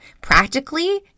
practically